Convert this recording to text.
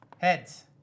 Heads